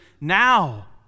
now